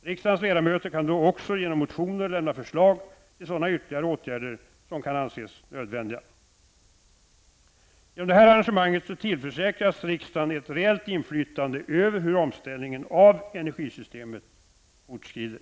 Riksdagens ledamöter kan då också genom att väcka motioner lämna förslag till sådana ytterligare åtgärder som kan anses nödvändiga. Genom detta arrangemang tillförsäkras riksdagen ett reellt inflytande över hur omställningen av energisystemet fortskrider.